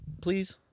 Please